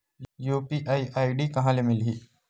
UPI ID कहां ले मिलही?